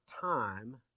time